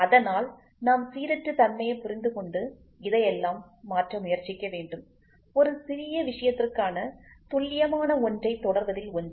அதனால்நாம் சீரற்ற தன்மையைப் புரிந்துகொண்டு இதையெல்லாம் மாற்ற முயற்சிக்க வேண்டும்ஒரு சிறிய விஷயத்திற்கான துல்லியமான ஒன்றை தொடர்வதில் ஒன்று